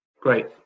Great